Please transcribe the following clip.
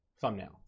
thumbnail